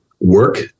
work